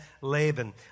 Laban